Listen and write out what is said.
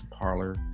parlor